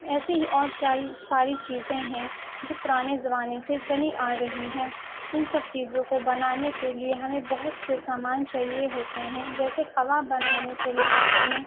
ایسے ہی اور ساری چیزیں ہیں جو پرانے زمانے سے چلی آ رہی ہیں ان سب چیزوں کو بنانے کے لیے ہمیں بہت سے سامان چاہیے ہوتے ہیں جیسے کباب بنانے کے لیے ہمیں